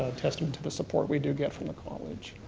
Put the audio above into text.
testament to the support we do get from the college.